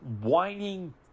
whining